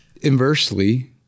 inversely